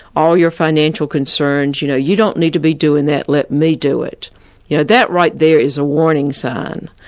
all your financial concerns, you know you don't need to be doing that. let me do it. now you know that right there is a warning sign.